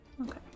Okay